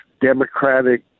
democratic